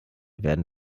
werden